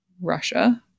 Russia